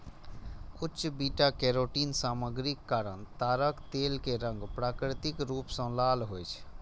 उच्च beta carotene सामग्रीक कारण ताड़क तेल के रंग प्राकृतिक रूप सं लाल होइ छै